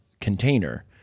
container